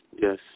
Yes